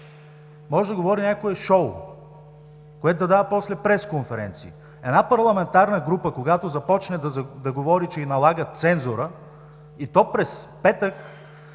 може да говори някое шоу, което да дава после пресконференции. Една парламентарна група, когато започне да говори, че й налагат цензура в петък